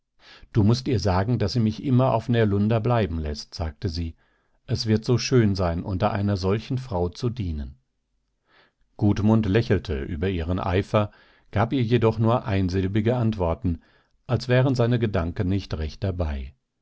du mußt ihr sagen daß sie mich immer auf närlunda bleiben läßt sagte sie es wird so schön sein unter einer solchen frau zu dienen gudmund lächelte über ihren eifer gab ihr jedoch nur einsilbige antworten als wären seine gedanken nicht recht dabei